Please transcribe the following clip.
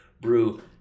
brew